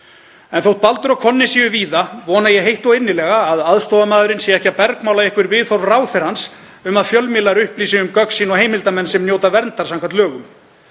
En þótt Baldur og Konni séu víða vona ég heitt og innilega að aðstoðarmaðurinn sé ekki að bergmála einhver viðhorf ráðherrans um að fjölmiðlar upplýsi um gögn sín og heimildarmenn sem njóta verndar samkvæmt lögum.